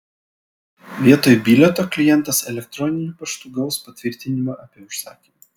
vietoj bilieto klientas elektroniniu paštu gaus patvirtinimą apie užsakymą